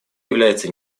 является